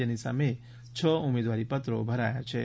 જેની સામે છ ઉમેદવારી પત્રો ભરાયા છે